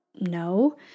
No